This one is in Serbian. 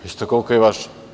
Ista kolika i vaša.